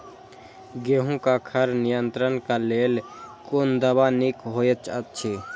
गेहूँ क खर नियंत्रण क लेल कोन दवा निक होयत अछि?